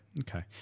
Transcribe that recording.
okay